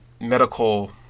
medical